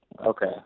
Okay